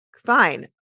fine